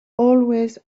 always